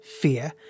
fear